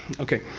okay.